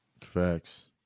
Facts